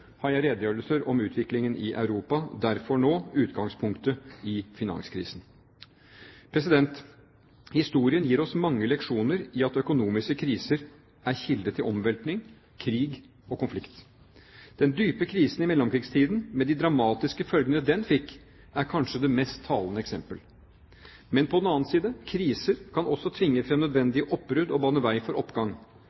har jeg redegjørelser om utviklingen i Europa – derfor nå utgangspunkt i finanskrisen. Historien gir oss mange leksjoner i at økonomiske kriser er kilde til omveltning, krig og konflikt. Den dype krisen i mellomkrigstiden med de dramatiske følgene den fikk, er kanskje det mest talende eksempelet. På den annen side: Kriser kan også tvinge